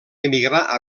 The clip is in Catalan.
emigrar